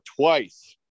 twice